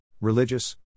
religious